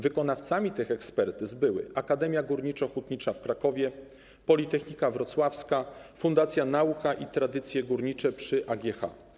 Wykonawcami tych ekspertyz były Akademia Górniczo-Hutnicza w Krakowie, Politechnika Wrocławska, Fundacja Nauka i Tradycje Górnicze przy AGH.